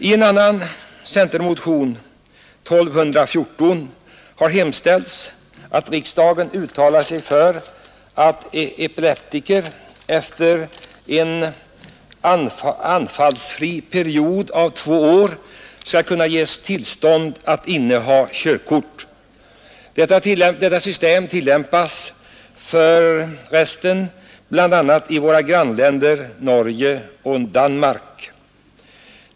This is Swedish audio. I en annan centermotion, 1214, har hemställts att riksdagen uttalar sig för att epileptiker efter en anfallsfri period av två år skall kunna ges tillstånd att inneha körkort. Detta system tillämpas bl.a. i våra grannländer Norge och Danmark.